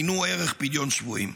עיינו ערך פדיון שבויים.